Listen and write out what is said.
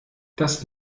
das